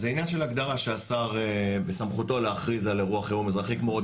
זה עניין של הגדרה שהשר בסמכותו להכריז על אירוע חירום אזרחי כמו עוד